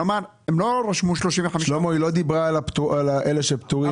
כלומר הם לא רשמו 35%. היא לא דיברה על אלה שפטורים.